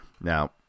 now